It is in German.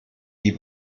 die